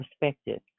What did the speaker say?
perspective